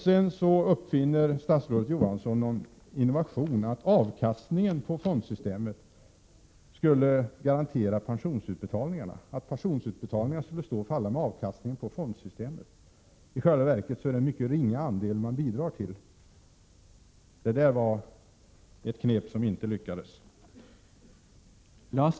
Sedan kommer statsrådet Johansson med innovationen att avkastningen i fondsystemet skulle garantera pensionsutbetalningarna, dvs. att de skulle stå och falla med avkastningen i fondsystemet. I själva verket är det en mycket ringa del av utbetalningarna som fondsystemet bidrar till. Det var ett knep som inte lyckades.